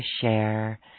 share